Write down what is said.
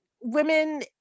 women